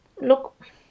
Look